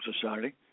Society